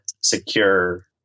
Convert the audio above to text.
secure